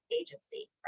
agency